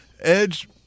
edge